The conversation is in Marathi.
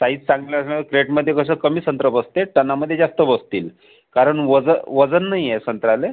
साईज चांगली असल्यामुळे क्रेटमध्ये कसं कमी संत्रा बसतेत टनामध्ये जास्त बसतील कारण वजन वजन नाहीये संत्र्याला